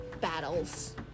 battles